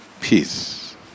Peace